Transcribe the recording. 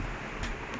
dude I